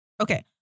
Okay